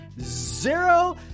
Zero